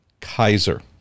kaiser